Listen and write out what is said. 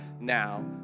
now